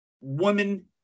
woman